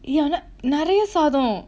yeah நறையா சாதம்:naraiyaa saatham